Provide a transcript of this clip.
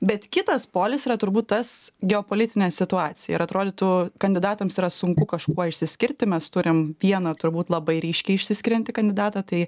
bet kitas polis yra turbūt tas geopolitinė situacija ir atrodytų kandidatams yra sunku kažkuo išsiskirti mes turim vieną turbūt labai ryškiai išsiskiriantį kandidatą tai